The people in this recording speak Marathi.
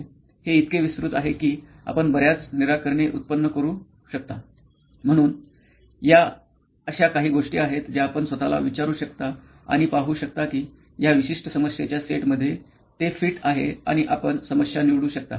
हे इतके विस्तृत आहे की आपण बर्याच निराकरणे उत्पन्न करू शकता म्हणून या अशा काही गोष्टी आहेत ज्या आपण स्वत ला विचारू शकता आणि पाहू शकता की या विशिष्ट समस्येच्या सेटमध्ये ते फिट आहे आणि आपण समस्या निवडू शकता